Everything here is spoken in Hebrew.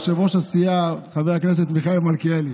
יושב-ראש הסיעה חבר הכנסת מיכאל מלכיאלי.